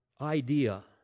idea